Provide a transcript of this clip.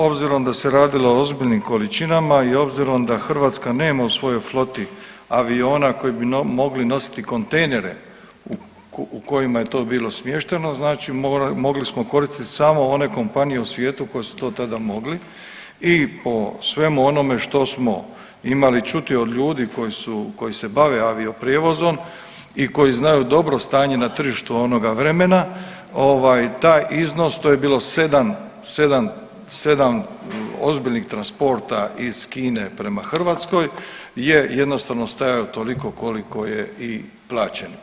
Obzirom da se radilo o ozbiljnim količinama i obzirom da Hrvatska nema u svojoj floti aviona koji b mogli nositi kontejnere u kojima je to bilo smješteno znači mogli smo koristiti samo one kompanije u svijetu koji su to tada mogli i po svemu onome što smo imali čuti od ljudi koji se bave avioprijevozom i koji znaju dobro stanje na tržištu onoga vremena taj iznos to je bilo sedam, sedam, sedam ozbiljnih transporta iz Kine prema Hrvatskoj je jednostavno stajao toliko koliko je i plaćen.